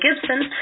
Gibson